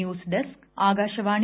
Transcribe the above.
news desk Akashvani